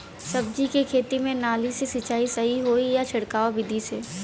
सब्जी के खेती में नाली से सिचाई सही होई या छिड़काव बिधि से?